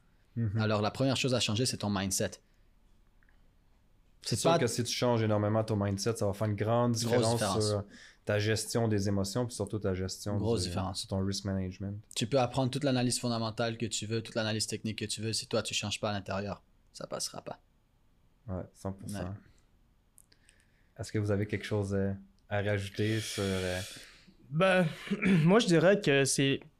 Mhm. Alors, la première chose à changer, c'est ton mindset. C'est C'est sûr pas- que si tu changes énormément ton mindset, ça va faire une grande Grosse différence sur, différence. euh, ta gestion des émotions, puis surtout ta gestion Grosse du- différence. sur ton risk management. Tu peux apprendre toute l'analyse fondamentale que tu veux, toute l'analyse technique que tu veux. Si toi, tu changes pas à l'intérieur, ça passera pas. Ouais, 100%. Ouais. Est-ce que vous avez quelque chose à- à rajouter sur, euh, Ben, moi, je dirais que c'est-